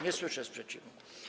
Nie słyszę sprzeciwu.